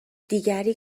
دیگری